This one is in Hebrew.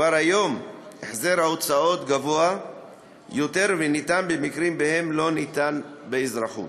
כבר היום החזר ההוצאות גבוה יותר וניתן במקרים שבהם לא ניתן באזרחות.